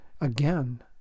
Again